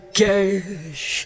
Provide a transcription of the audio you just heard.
cash